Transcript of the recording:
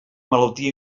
malaltia